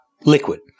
liquid